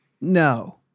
No